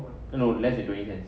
no less than twenty cents